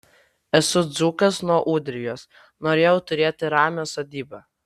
esu dzūkas nuo ūdrijos norėjau turėti ramią sodybą